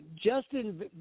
Justin